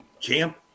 Champ